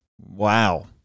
Wow